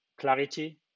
clarity